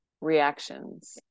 reactions